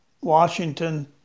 Washington